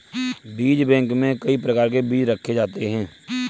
बीज बैंक में कई प्रकार के बीज रखे जाते हैं